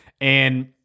And-